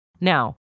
Now